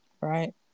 Right